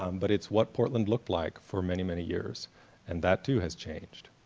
um but it's what portland looked like for many many years and that too has changed.